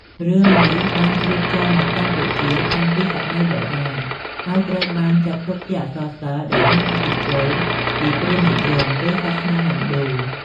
រឿងនេះបានជ្រាបចូលមកកម្ពុជាតាំងពីសម័យបុរាណ ហើយត្រូវបានគេចាត់ទុកជាអក្សរសិល្ប៍ដែលមានឥទ្ធិពលពី ព្រាហ្មណ៍និយម ឬសាសនាហិណ្ឌូ។